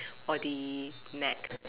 body neck